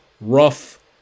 rough